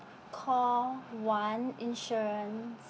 call one insurance